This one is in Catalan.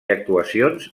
actuacions